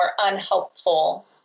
unhelpful